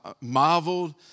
marveled